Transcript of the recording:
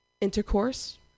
intercourse